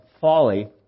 folly